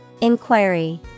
Inquiry